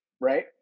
right